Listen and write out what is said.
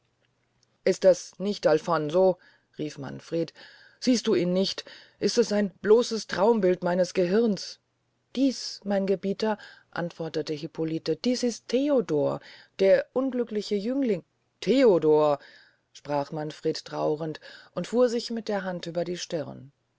ist das nicht alfonso rief manfred siehst du ihn nicht ist es ein bloßes traumbild meines gehirns dies mein gebieter antwortete hippolite dies ist theodor der unglückliche jüngling theodor sprach manfred traurend und fuhr sich mit der hand über die stirn